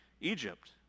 Egypt